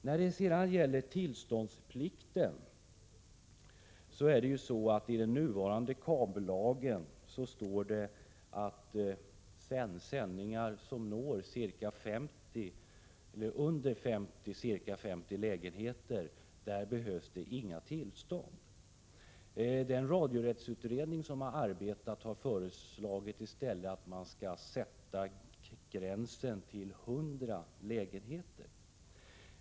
När det sedan gäller tillståndsplikten står det i den nuvarande kabellagen att det för sändningar som når upp till ca 50 lägenheter inte behövs några tillstånd. Den radiorättsutredning som har arbetat har i stället föreslagit att man skall sätta gränsen vid 100 lägenheter.